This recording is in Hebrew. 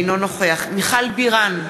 אינו נוכח מיכל בירן,